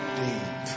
deep